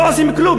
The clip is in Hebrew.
לא עושים כלום,